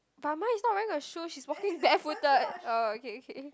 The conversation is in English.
but mine is not wearing a shoe she is walking barefooted oh okay okay